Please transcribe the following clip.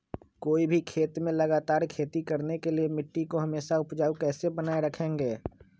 कोई भी खेत में लगातार खेती करने के लिए मिट्टी को हमेसा उपजाऊ कैसे बनाय रखेंगे?